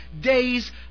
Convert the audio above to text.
days